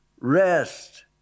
Rest